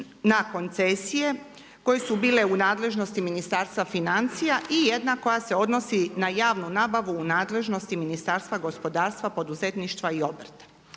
na koncesije, koje su bile u nadležnosti Ministarstva financija i jedna koja se odnosi na javnu nabavu u nadležnosti Ministarstva gospodarstva, poduzetništva i obrta.